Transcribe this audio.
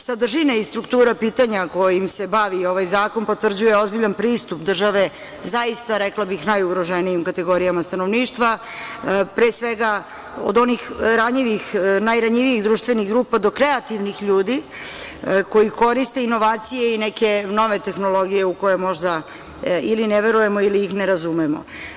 Sadržina i struktura pitanja kojim se bavi ovaj zakon potvrđuje ozbiljan pristup države, zaista, rekla bih, najugroženijim kategorijama stanovništva, pre svega od onih ranjivih, najranjivijih društvenih grupa, do kreativnih ljudi, koji koriste inovacije i neke nove tehnologije u koje možda ili ne verujemo ili ih ne razumemo.